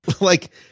like-